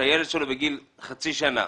כשהילד שלו בגיל חצי שנה